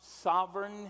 sovereign